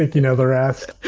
you never asked.